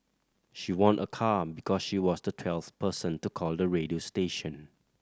she won a car because she was the twelfth person to call the radio station